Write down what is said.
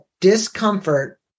discomfort